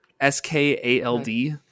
s-k-a-l-d